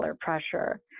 pressure